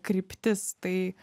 kryptis tai